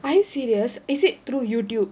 are you serious is it through YouTube